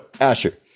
Asher